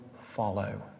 follow